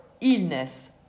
illness